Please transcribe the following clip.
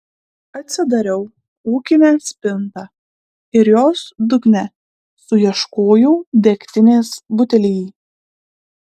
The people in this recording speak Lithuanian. atsidariau ūkinę spintą ir jos dugne suieškojau degtinės butelį